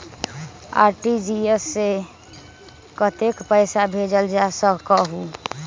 RTGS से कतेक पैसा भेजल जा सकहु???